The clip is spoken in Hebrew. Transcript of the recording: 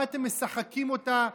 מה אתם משחקים אותה?